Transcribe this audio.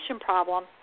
problem